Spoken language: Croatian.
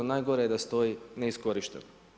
Najgore je da stoji neiskorišteno.